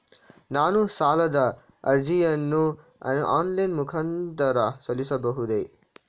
ನಾನು ಸಾಲದ ಅರ್ಜಿಯನ್ನು ಆನ್ಲೈನ್ ಮುಖಾಂತರ ಸಲ್ಲಿಸಬಹುದೇ?